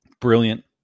brilliant